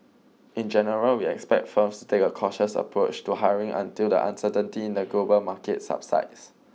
in general we expect firms to take a cautious approach to hiring until the uncertainty in the global market subsides